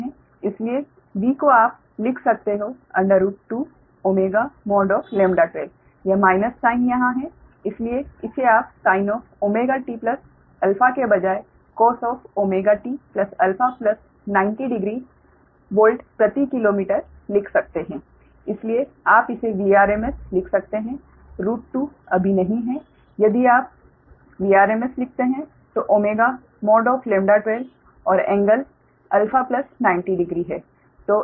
इसलिए V को आप लिख सकते हो 2ω मॉड 12 यह माइनस साइन यहाँ है इसलिए इसे आप sinωtα के बजाय cosωtα900 वोल्ट प्रति किलोमीटर लिख सकते हैं इसलिए आप इसे Vrms लिख सकते हैं 2 अभी नहीं है यदि आप Vrms लिखते हैं तो 𝜔 mod 12 और कोण α900 है